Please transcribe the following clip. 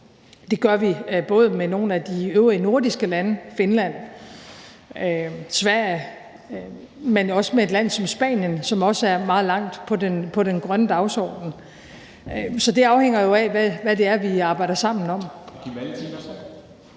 med både nogle af de øvrige nordiske lande, Finland, Sverige, men også med et land som Spanien, som også er meget langt på den grønne dagsorden. Så det afhænger jo af, hvad det er, vi arbejder sammen om.